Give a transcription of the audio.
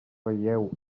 veieu